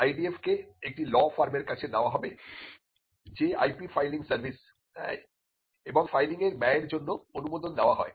IDF কে একটি law ফার্মের কাছে দেওয়া হবে যে IP ফাইলিং সার্ভিস দেয় এবং ফাইলিংয়ের ব্যয়ের জন্য অনুমোদন দেওয়া হয়